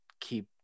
keep